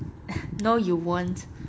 no you won't